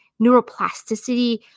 neuroplasticity